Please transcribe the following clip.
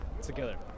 together